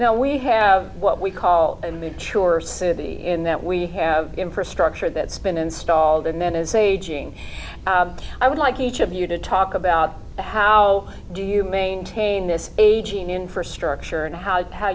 now we have what we call and make sure city and that we have infrastructure that's been installed and then it's aging i would like each of you to talk about how do you maintain this aging infrastructure and how how